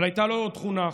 אבל הייתה לו עוד תכונה אחת: